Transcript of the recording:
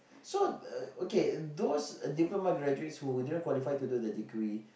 so uh okay those diploma graduates who didn't qualify to do the degree